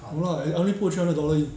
no lah I only put three hundred dollar in